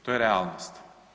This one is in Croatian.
To je realnost.